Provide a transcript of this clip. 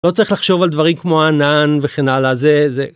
לא צריך לחשוב על דברים כמו ענן, וכן הלאה. זה, זה,